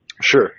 Sure